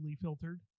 filtered